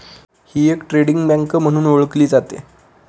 ही एक trading bank म्हणून ओळखली जाते